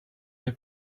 but